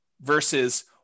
versus